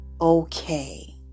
okay